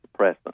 suppressant